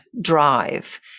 drive